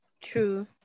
True